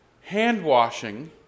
hand-washing